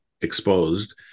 exposed